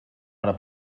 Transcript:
hora